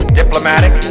diplomatic